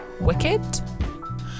wicked